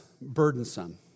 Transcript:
burdensome